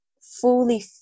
fully